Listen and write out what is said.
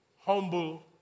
Humble